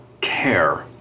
care